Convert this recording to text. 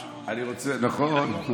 משהו, נכון.